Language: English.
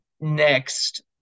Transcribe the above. Next